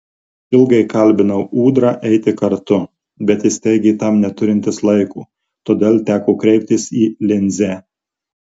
ilgai kalbinau ūdrą eiti kartu bet jis teigė tam neturintis laiko todėl teko kreiptis į linzę